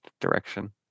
direction